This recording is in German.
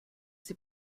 sie